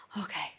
okay